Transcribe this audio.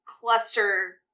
cluster